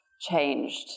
changed